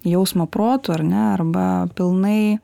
jausmo protu ar ne arba pilnai